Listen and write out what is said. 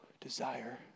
desire